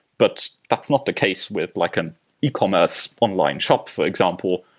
but that's not the case with like an ecommerce online shop, for example,